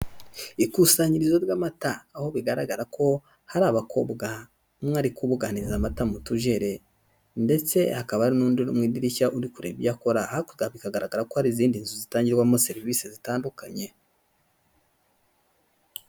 Ikusanyirizo ry'amata aho bigaragara ko hari abakobwa umwe ari kubuganiza amata mu tujere, ndetse hakaba ari n'undi mu idirishya uri kureba ibyo akora, hakurya bikagaragara ko hari izindi nzu zitangirwamo serivise zitandukanye.